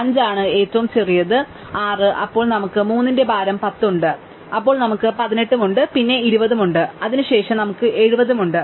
അതിനാൽ 5 ആണ് ഏറ്റവും ചെറിയത് 6 അപ്പോൾ നമുക്ക് 3 ന്റെ ഭാരം 10 ഉണ്ട് അപ്പോൾ നമുക്ക് 18 ഉണ്ട് പിന്നെ നമുക്ക് 20 ഉണ്ട് അതിനുശേഷം നമുക്ക് 70 ഉണ്ട്